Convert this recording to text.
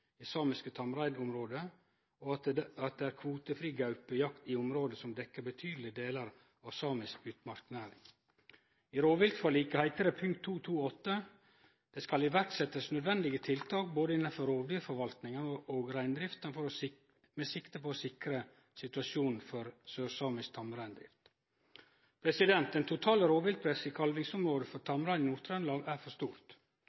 de samiske tamreinområder, og at det er kvotefri gaupejakt i områder som dekker betydelige deler av samiske utmarksnæring.» I rovviltforliket heiter det i punkt 2.2.8: «Det skal iverksettes nødvendige tiltak både innenfor rovdyrforvaltningen og reindriften med sikte på å sikre situasjonen for sørsamisk tamreindrift.» Det totale rovviltpresset i kalvingsområde for tamrein i Nord-Trøndelag er for stort.